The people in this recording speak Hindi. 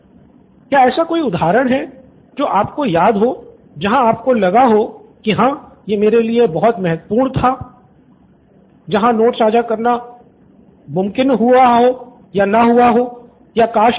स्टूडेंट 1 क्या ऐसा कोई उदाहरण जो आपको याद हो जहां आपको लगा कि हाँ यह मेरे लिए बहुत महत्वपूर्ण था जहां नोट्स साझा करना मुमकिन नहीं हुआ हो या काश